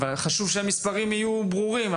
אבל חשוב שהמספרים יהיו ברורים.